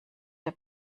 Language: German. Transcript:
der